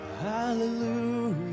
hallelujah